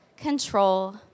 control